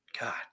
God